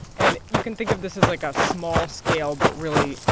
and you can think of this as, like, a small scale but really,